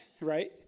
right